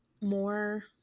more